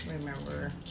remember